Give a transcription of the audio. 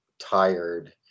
tired